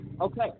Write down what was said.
Okay